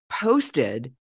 posted